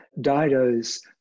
Dido's